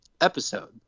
episode